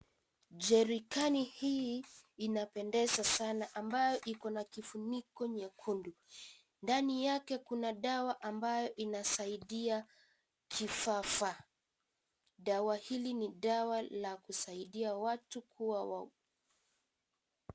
Jerikani hii ina inapendeza sana ambayo iko na kifuniko nyekundu ndani yake kuna dawa ambayo inasaidia kifafa, dawa hili ni dawa la kusaidia watu kuwa wau.